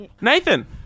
Nathan